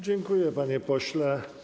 Dziękuję, panie pośle.